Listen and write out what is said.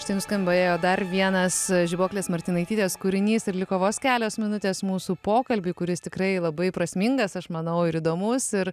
štai nuskambėjo dar vienas žibuoklės martinaitytės kūrinys ir liko vos kelios minutės mūsų pokalbiui kuris tikrai labai prasmingas aš manau ir įdomus ir